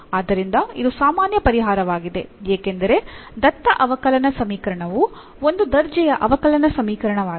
ಆದ್ದರಿಂದ ಇದು ಸಾಮಾನ್ಯ ಪರಿಹಾರವಾಗಿದೆ ಏಕೆಂದರೆ ದತ್ತ ಅವಕಲನ ಸಮೀಕರಣವು ಮೊದಲ ದರ್ಜೆಯ ಅವಕಲನ ಸಮೀಕರಣವಾಗಿದೆ